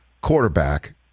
quarterback